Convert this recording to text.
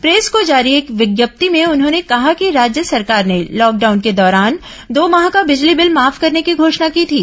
press को जारी एक विज्ञप्ति में उन्होंने कहा कि राज्य सरकार ने लॉकडाउन को दौरान दो माह का बिजली बिल माफ करने की घोषणा की थी